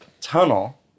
tunnel